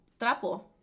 trapo